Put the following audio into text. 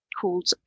called